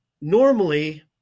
normally